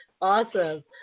Awesome